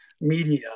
media